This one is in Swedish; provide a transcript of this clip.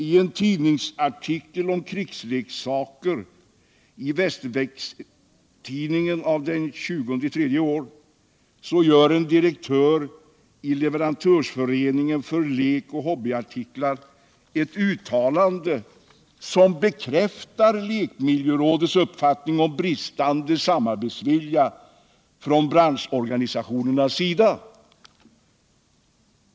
I en tidningsartikel om krigsleksaker i Västerviks-Tidningen av den 20 mars i år gör en direktör i Leverantörsföreningen för lekoch hobbyartiklar ett uttalande som bekräftar lekmiljörådets uppfattning om bristande samarbetsvilja från branschorganisationernas sida.